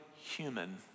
human